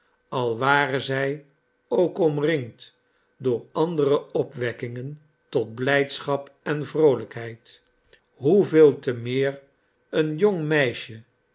al ware zij ook omringd door andere opwekkingen tot blijdschap en vroolijkheid hoeveel temeer een jong meisje